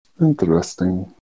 Interesting